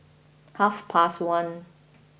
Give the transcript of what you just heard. half past one